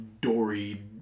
Dory